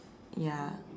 ya